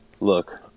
look